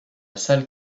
salle